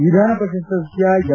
ವಿಧಾನಪರಿಷತ್ ಸದಸ್ನ ಎಂ